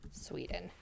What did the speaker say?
Sweden